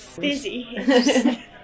Busy